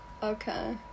Okay